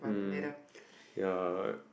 um yeah